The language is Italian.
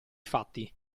fatti